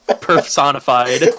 personified